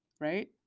Right